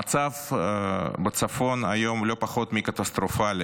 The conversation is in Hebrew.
המצב בצפון היום לא פחות מקטסטרופלי,